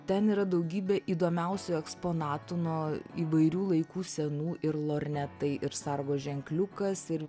ten yra daugybė įdomiausių eksponatų nuo įvairių laikų senų ir lornetai ir sargo ženkliukas ir